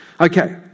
Okay